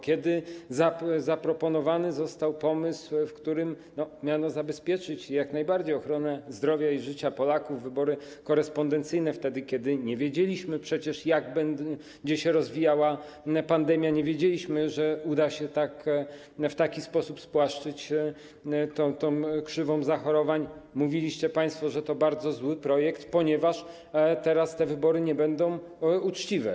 Kiedy zaproponowany został pomysł, w którym miano zabezpieczyć jak najbardziej ochronę zdrowia i życia Polaków, wybory korespondencyjne, wtedy kiedy nie wiedzieliśmy przecież, jak będzie się rozwijała pandemia, nie wiedzieliśmy, że uda się w taki sposób spłaszczyć tę krzywą zachorowań, mówiliście państwo, że to bardzo zły projekt, ponieważ teraz te wybory nie będą uczciwe.